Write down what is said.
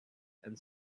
and